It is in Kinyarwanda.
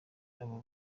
aba